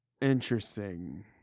interesting